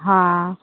हाँ